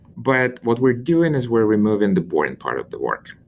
but what we're doing is we're removing the boring part of the work.